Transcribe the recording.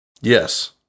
Yes